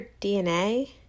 DNA